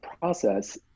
process